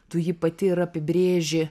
tu jį pati ir apibrėži